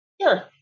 Sure